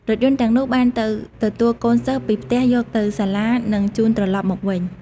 រថយន្តទាំងនោះបានទៅទទួលកូនសិស្សពីផ្ទះយកទៅសាលានិងជូនត្រឡប់មកវិញ។